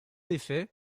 effet